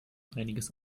einiges